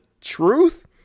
truth